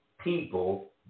people